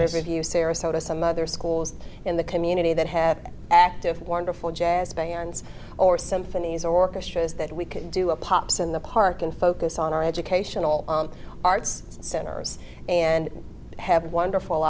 there's review sarasota some other schools in the community that have active wonderful jazz bands or symphonies orchestras that we could do a pops in the park and focus on our educational arts centers and have wonderful